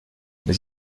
les